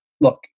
look